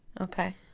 Okay